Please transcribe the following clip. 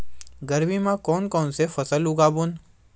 गरमी मा कोन कौन से फसल उगाबोन?